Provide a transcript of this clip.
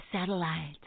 Satellite